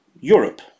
Europe